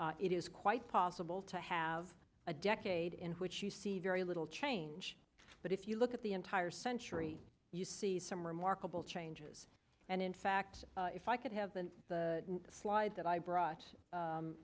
it is quite possible to have a decade in which you see very little change but if you look at the entire century you see some remarkable changes and in fact if i could have been the slide that i brought